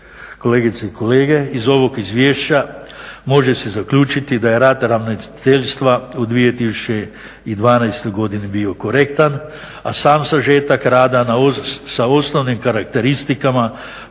Kolegice i kolege iz ovog izvješća može se zaključiti da je rad ravnateljstva u 2012. godini bio korektan, a sam sažetak rada sa osnovnim karakteristikama